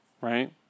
right